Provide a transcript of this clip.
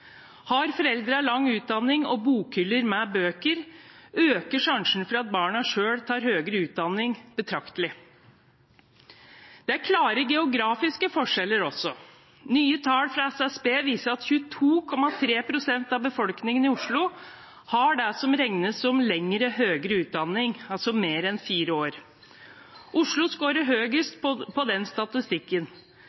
Har foreldrene lang utdanning og bokhyller med bøker, øker sjansen for at barna selv tar høyere utdanning betraktelig. Det er klare geografiske forskjeller også: Nye tall fra SSB viser at 22,3 pst. av befolkningen i Oslo har det som regnes som lengre høyere utdanning, altså mer enn fire år. Oslo skårer